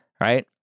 right